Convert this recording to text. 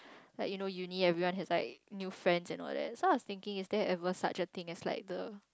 like you know Uni everyone have like new friend and all that so I was thinking it there ever subjecting as like the